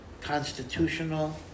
constitutional